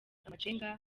amacenga